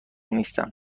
نیستم